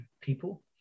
people